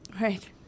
Right